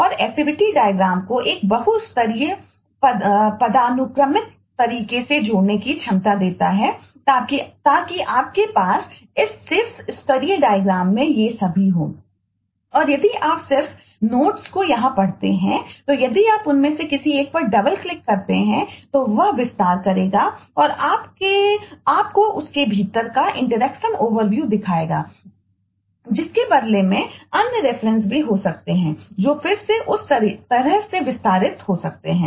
और यदि आप सिर्फ नोट्स भी हो सकते हैं जो फिर से उस तरह से विस्तारित हो सकते हैं